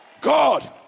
God